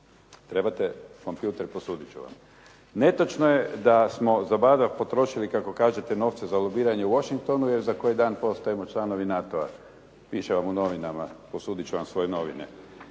Trebate kompjuter posuditi ću vam. Netočno je da samo zabadav potrošili, kako kažete, novce za lobiranje u Washingtonu jer za koji dan postajemo članovi NATO-a. Piše vam u novinama. Posuditi ću vam svoje novine.